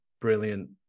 brilliant